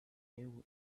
railway